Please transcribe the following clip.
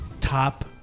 top